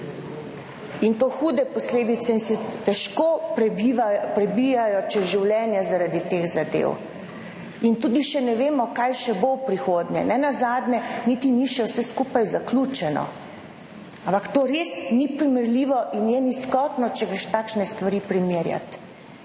in to hude posledice in se težko prebijajo čez življenje, zaradi teh zadev. Tudi še ne vemo kaj še bo v prihodnje. Nenazadnje niti ni še vse skupaj zaključeno, ampak to res ni primerljivo in je nizkotno, če greš takšne stvari primerjati.